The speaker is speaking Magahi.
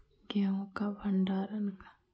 गेहूं का भंडारण का तापमान सुनिश्चित कैसे करिये?